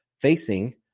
facing